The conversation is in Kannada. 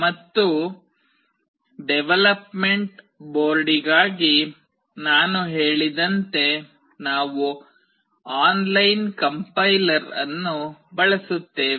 ಮತ್ತು ಡೆವಲಪ್ಮೆಂಟ್ ಬೋರ್ಡಿಗಾಗಿ ನಾನು ಹೇಳಿದಂತೆ ನಾವು ಆನ್ಲೈನ್ ಕಂಪ್ಲೈಯರ್ ಅನ್ನು ಬಳಸುತ್ತೇವೆ